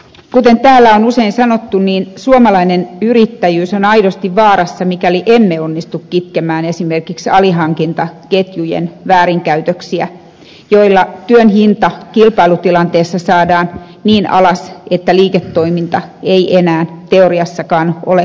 kuten täällä on usein sanottu suomalainen yrittäjyys on aidosti vaarassa mikäli emme onnistu kitkemään esimerkiksi alihankintaketjujen väärinkäytöksiä joilla työn hinta kilpailutilanteessa saadaan niin alas että liiketoiminta ei enää teoriassakaan ole kannattavaa